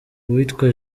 uwitwa